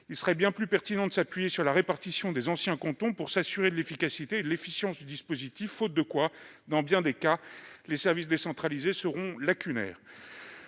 Il serait bien plus pertinent de s'appuyer sur la répartition des anciens cantons pour s'assurer de l'efficacité du dispositif, faute de quoi, dans bien des cas, les services décentralisés seront lacunaires.